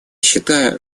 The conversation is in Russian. считаю